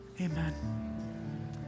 Amen